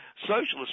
Socialist